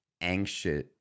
anxious